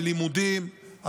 בלימודים,